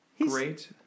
Great